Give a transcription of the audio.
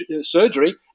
surgery